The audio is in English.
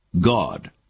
God